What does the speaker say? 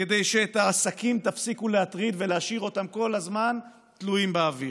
כדי שאת העסקים תפסיקו להטריד ולהשאיר אותם כל הזמן תלויים באוויר.